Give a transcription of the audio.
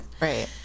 Right